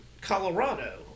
Colorado